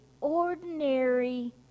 ordinary